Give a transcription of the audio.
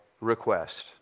request